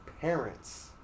parents